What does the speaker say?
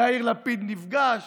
יאיר לפיד נפגש,